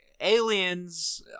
aliens